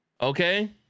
okay